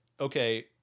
okay